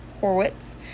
Horwitz